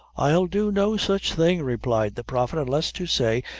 i'll do no such thing, replied the prophet unless to say,